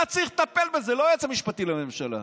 אתה צריך לטפל בזה, לא היועץ המשפטי לממשלה.